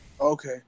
okay